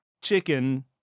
chicken